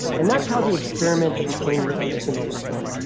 and that's how the experiment that became lit-html was born.